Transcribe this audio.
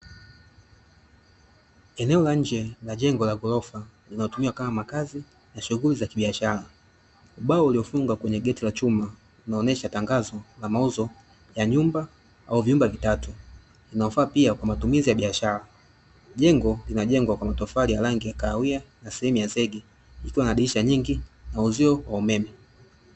Eneo la nje la jengo la ghorofa linalotumika kama makazi na shughuli za kibiashara, ubao uliofungwa kwenye geti la chuma unaonesha tangazo la mauzo ya nyumba au vyumba vitatu vinavyofaa pia kwa matumizi ya biashara, jengo linajengwa kwa matofali ya rangi ya kahawia na sehemu ya zege ikiwa na dirisha nyingi na uzio wa umeme.